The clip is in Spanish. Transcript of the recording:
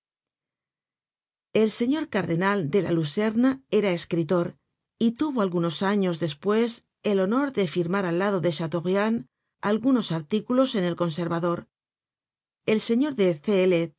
fl or cardenal de la luzerne era escritor y tuvo algunos años despues el honor de firmar al lado de chateaubriand algunos artículos en el conservador el señor de